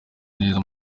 neza